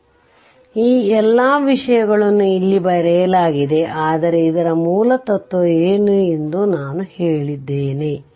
ಆದ್ದರಿಂದ ಈ ಎಲ್ಲ ವಿಷಯಗಳನ್ನು ಇಲ್ಲಿ ಬರೆಯಲಾಗಿದೆ ಆದರೆ ಅದರ ಮೂಲತತ್ವ ಏನು ಎಂದು ನಾನು ಹೇಳಿದ್ದೇನೆ